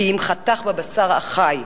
כי אם חתך בבשר החי.